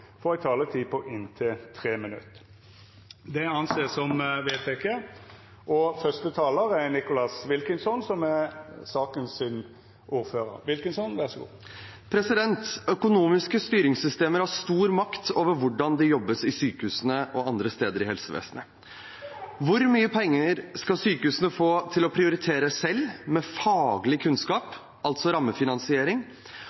får ei taletid på inntil 3 minutt. – Det er vedteke. Økonomiske styringssystemer har stor makt over hvordan det jobbes i sykehusene og andre steder i helsevesenet. Hvor mye penger skal sykehusene få til å prioritere selv, med